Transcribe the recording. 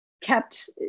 kept